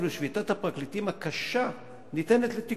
אפילו שביתת הפרקליטים הקשה ניתנת לתיקון.